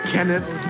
Kenneth